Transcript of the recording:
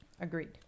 Agreed